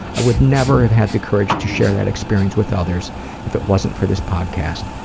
i would never have had the courage to share that experience with others if it wasn't for this podcast,